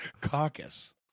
caucus